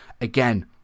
Again